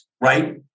right